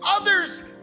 others